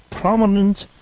prominent